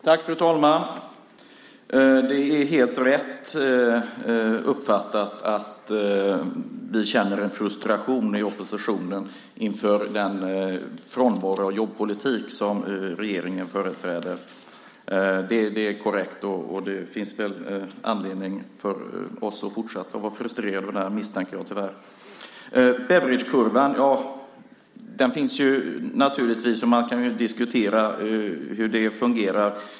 Fru talman! Det är helt rätt uppfattat; vi känner en frustration i oppositionen inför den frånvaro av jobbpolitik som regeringen företräder. Det finns anledning för oss att fortsätta att vara frustrerade över detta, misstänker jag tyvärr. Beveridgekurvan finns naturligtvis. Man kan diskutera hur den fungerar.